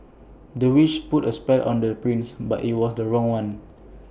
the witch put A spell on the prince but IT was the wrong one